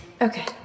Okay